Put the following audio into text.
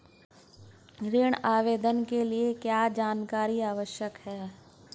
ऋण आवेदन के लिए क्या जानकारी आवश्यक है?